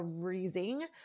freezing